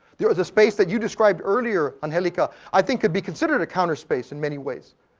they are the space that you'd described earlier, angelica, i think could be considered a counterspace in many ways,